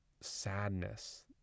sadness